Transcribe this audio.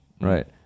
Right